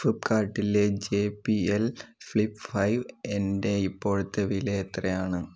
ഫിപ്പ്കാർട്ടിലെ J P L flip five എൻ്റെ ഇപ്പോഴത്തെ വില എത്രയാണ്